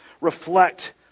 reflect